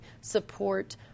support